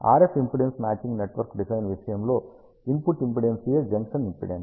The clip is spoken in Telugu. RF impedance matching network design విషయంలో ఇన్పుట్ ఇంపిడెన్స్ యే జంక్షన్ ఇంపిడెన్స్